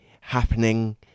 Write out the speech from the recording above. happening